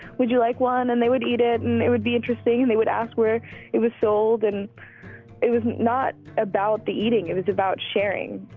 would you like one? and they would eat it, and it would be interesting, and they would ask where it was sold. and it was not about the eating. it was about sharing.